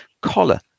collar